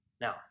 now